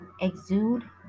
exude